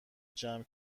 جمع